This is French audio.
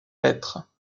hêtres